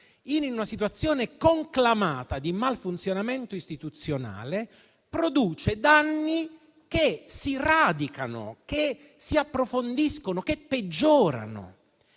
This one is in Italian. in una situazione conclamata di malfunzionamento istituzionale produce danni che si radicano, che si approfondiscono, che peggiorano.